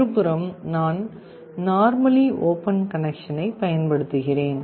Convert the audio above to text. மறுபுறம் நான் normally open கனெக்சனைப் பயன்படுத்துகிறேன்